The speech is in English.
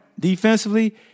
Defensively